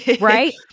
right